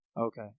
Okay